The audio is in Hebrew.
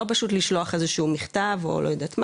לא פשוט לשלוח איזשהו מכתב או לא יודעת מה,